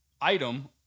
item